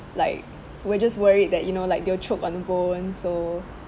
like we're just worried that you know like they'll choke on the bone so